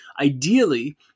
ideally